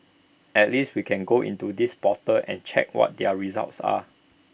at least we can go into this portal and check what their results are